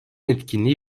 etkinliği